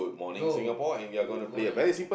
go~ good morning